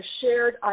shared